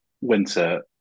winter